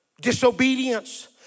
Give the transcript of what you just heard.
Disobedience